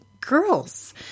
girls